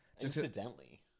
incidentally